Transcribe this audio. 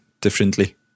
Differently